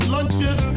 Lunches